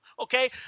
Okay